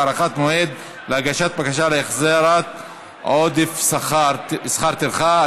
הארכת מועד להגשת בקשה להחזר עודף שכר טרחה),